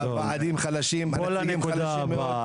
הבעלים חלשים --- תעבור לנקודה הבאה,